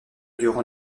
durant